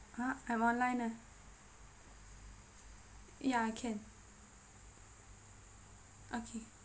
!huh! I'm online ah ya I can okay